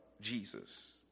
Jesus